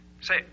Say